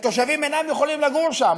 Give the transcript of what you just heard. שהתושבים אינם יכולים לגור שם.